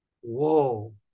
whoa